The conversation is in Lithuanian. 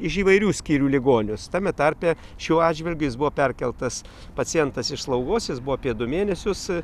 iš įvairių skyrių ligonius tame tarpe šiuo atžvilgiu jis buvo perkeltas pacientas iš slaugos jis buvo apie du mėnesius